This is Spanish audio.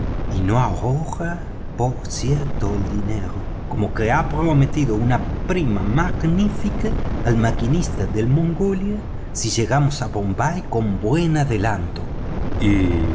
no ahorra por cierto el dinero como que ha prometido una prima magnífica al maquinista del mongolia si llegamos a bombay con buen adelanto y